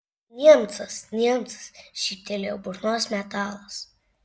niemcas niemcas žybtelėjo burnos metalas